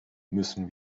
müssen